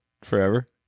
forever